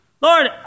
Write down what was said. Lord